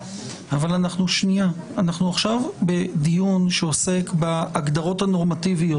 אנחנו עכשיו בדיון שעוסק בהגדרות הנורמטיביות.